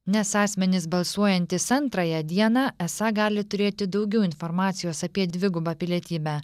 nes asmenys balsuojantys antrąją dieną esą gali turėti daugiau informacijos apie dvigubą pilietybę